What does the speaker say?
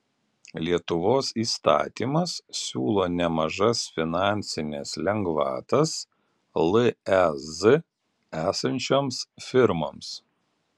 lietuvos įstatymas siūlo nemažas finansines lengvatas lez esančioms firmoms